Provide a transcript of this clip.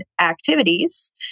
activities